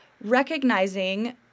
recognizing